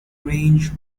range